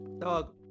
dog